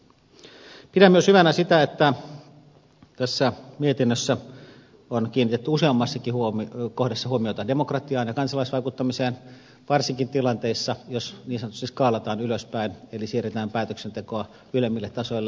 pidän myös hyvänä sitä että tässä mietinnössä on kiinnitetty useammassakin kohdassa huomiota demokratiaan ja kansalaisvaikuttamiseen varsinkin tilanteissa joissa niin sanotusti skaalataan ylöspäin eli siirretään päätöksentekoa ylemmille tasoille